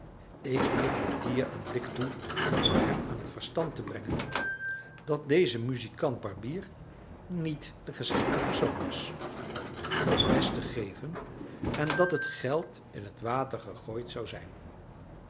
ik wierp mattia een blik toe om hem aan het verstand te brengen dat deze muzikant barbier niet de geschiktste persoon was om les te geven en dat het geld in t water gegooid zou zijn